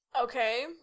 Okay